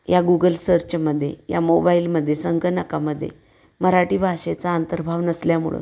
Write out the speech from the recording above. या गुगल सर्चमध्ये या मोबाईलमध्ये संगणकामध्ये मराठी भाषेचा अंतर्भाव नसल्यामुळं